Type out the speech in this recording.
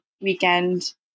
weekend